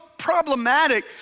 problematic